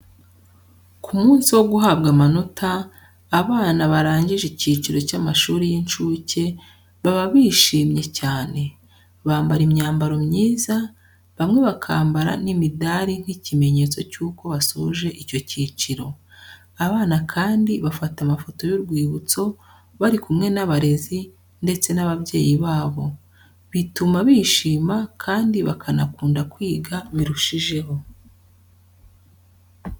Ku munsi wo guhabwa amanota, abana barangije icyiciro cy'amashuri y'incuke baba bishimye cyane. Bambara imyambaro myiza, bamwe bakambara n'imidari nk'ikimenyetso cy'uko basoje icyo cyiciro. Abana kandi bafata amafoto y'urwibutso barikumwe n'abarezi ndetse n'ababyeyi babo, bituma bishima kandi bakanakunda kwiga birushijeho.